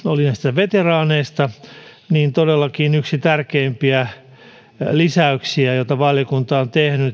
veteraaneista todellakin yksi tärkeimpiä lisäyksiä joita valiokunta on tehnyt